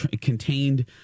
contained